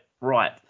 right